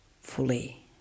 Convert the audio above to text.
fully